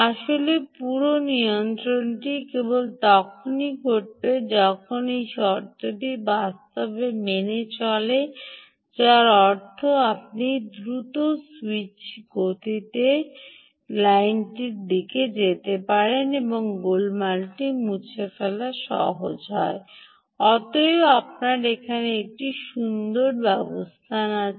আসলে পুরো নিয়ন্ত্রণটি কেবল তখনই ঘটবে যখন এই শর্তটি বাস্তবে মেনে চলে যার অর্থ আপনি নন খুব দ্রুত গতিতে স্যুইচ করার অর্থ এই লাইনটির শব্দটিও হচ্ছে না যে এই স্যুইচিং গোলমালটি মুছে ফেলা সহজ নয় এবং অতএব আপনার এই সুন্দর আছে